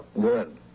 Good